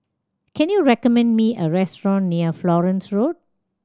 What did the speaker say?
can you recommend me a restaurant near Florence Road